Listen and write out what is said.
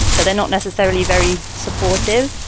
but they're not necessarily very supportive,